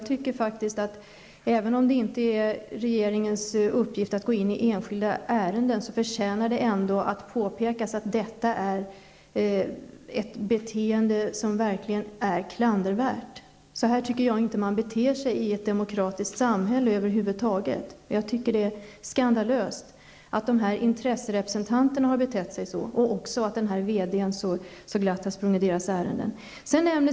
Även om det inte är regeringen uppgift att gå in i enskilda ärenden, förtjänar det ändå påpekas att detta är ett beteende som verkligen är klandervärt. Så här får man inte bete sig i ett demokratiskt samhälle över huvud taget. Jag tycker att det är skandalöst att dessa intresserepresentanter har betett sig så här och att denne VD så glatt har sprungit deras ärenden.